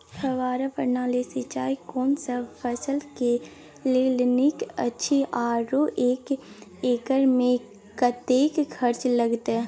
फब्बारा प्रणाली सिंचाई कोनसब फसल के लेल नीक अछि आरो एक एकर मे कतेक खर्च लागत?